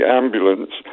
ambulance